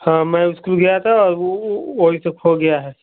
हाँ मैं स्कूल गया था और वो ही तो खो गया है